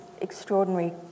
extraordinary